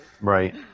Right